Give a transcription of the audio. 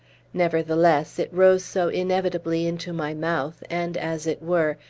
nevertheless, it rose so inevitably into my mouth, and, as it were,